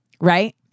Right